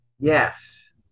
yes